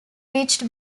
reached